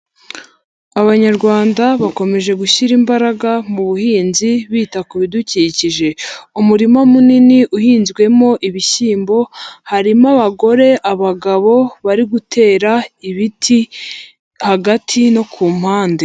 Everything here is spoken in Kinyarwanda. Abanyarwanda bakomeje gushyira imbaraga mu buhinzi bita ku bidukikije, umurima munini uhinzwemo ibishyimbo harimo abagore, abagabo, bari gutera ibiti hagati no ku mpande.